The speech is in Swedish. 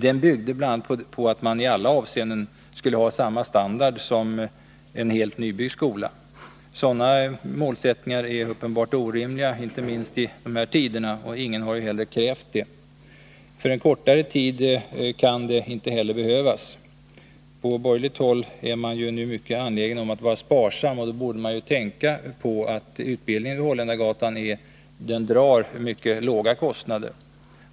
Den byggde bl.a. på att man i alla avseenden skulle ha samma standard som i en helt nybyggd skola. Sådana målsättningar är uppenbart orimliga, inte minst i dessa tider, och ingen har heller krävt det. För en kortare tid kan det inte heller behövas. På borgerligt håll är man nu mycket angelägen om att vara sparsam. Då borde man tänka på att utbildningen vid Holländargatan drar mycket låga kostnader.